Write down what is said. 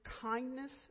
kindness